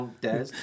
Des